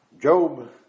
Job